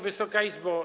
Wysoka Izbo!